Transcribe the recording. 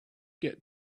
get